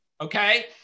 Okay